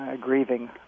grieving